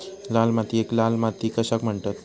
लाल मातीयेक लाल माती कशाक म्हणतत?